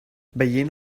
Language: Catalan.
veient